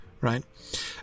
Right